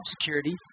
security